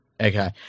Okay